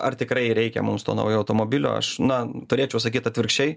ar tikrai reikia mums to naujo automobilio aš na turėčiau sakyt atvirkščiai